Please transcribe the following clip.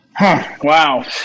Wow